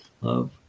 love